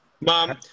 mom